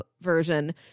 version